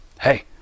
hey